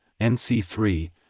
NC3